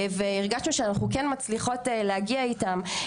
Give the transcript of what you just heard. והרגשנו שאנחנו כן מצליחות להגיע איתם,